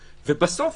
ובסוף,